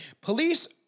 Police